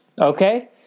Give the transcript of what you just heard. Okay